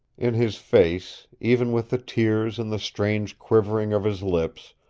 in his face, even with the tears and the strange quivering of his lips,